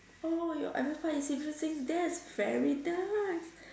oh your that's very nice